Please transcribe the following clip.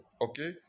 Okay